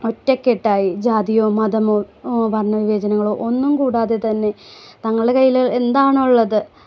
ഒറ്റക്കെട്ടായി ജാതിയോ മതമോ വർണ വിവേചനങ്ങളോ ഒന്നും കൂടാതെ തന്നെ തങ്ങളെ കൈയ്യിൽ എന്താണോ ഉള്ളത്